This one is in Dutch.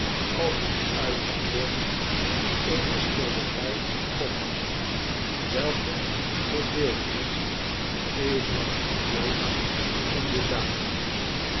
als een uithangbord eene schilderij ophangen welke verdeeld is evenals de dood en dedame